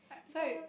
so